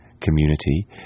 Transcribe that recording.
community